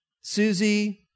Susie